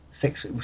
Six